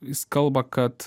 jis kalba kad